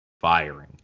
firing